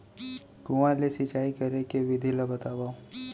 कुआं ले सिंचाई करे के विधि ला बतावव?